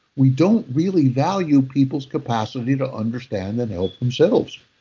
we don't really value people's capacity to understand and help themselves.